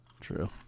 True